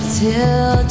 till